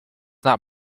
not